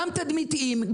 גם תדמיתיים,